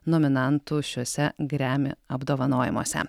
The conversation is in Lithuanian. nominantų šiuose grammy apdovanojimuose